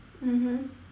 mmhmm